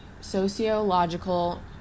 sociological